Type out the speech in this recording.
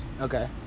Okay